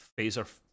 phaser